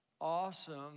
awesome